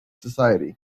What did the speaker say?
society